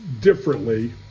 differently